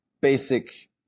basic